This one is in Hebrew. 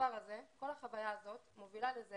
כל החוויה הזו מובילה לכך